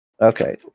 Okay